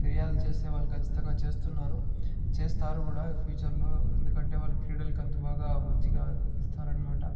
ఫిర్యాదు చేసే వాళ్ళు ఖచ్చితంగా చేస్తున్నారు చేస్తారు కూడా ఫ్యూచర్లో ఎందుకంటే వాళ్ళు క్రీడలకు అంత బాగా మంచిగా ఇస్తారు అన్నమాట